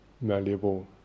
malleable